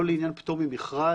לא לעניין פטור ממכרז,